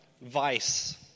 vice